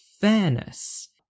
fairness